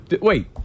Wait